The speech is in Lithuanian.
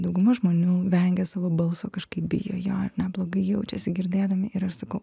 dauguma žmonių vengia savo balso kažkaip bijo jo ne blogai jaučiasi girdėdami ir aš sakau